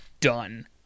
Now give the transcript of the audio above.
done